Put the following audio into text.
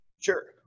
Sure